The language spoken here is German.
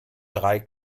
drei